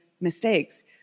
mistakes